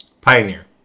Pioneer